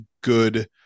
good